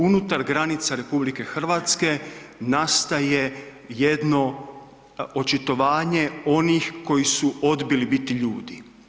Unutar granica RH nastaje jedno očitovanje onih koji su odbili biti ljudi.